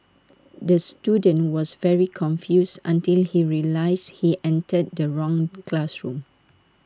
the student was very confused until he realised he entered the wrong classroom